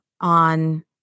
on